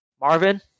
Marvin